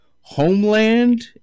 Homeland